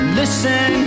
listen